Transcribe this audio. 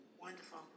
Wonderful